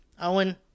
Owen